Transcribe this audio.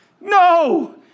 No